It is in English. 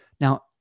now